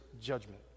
judgment